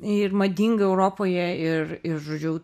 ir madingą europoje ir ir žodžiu